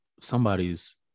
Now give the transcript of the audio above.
Somebody's